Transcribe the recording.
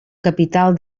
capital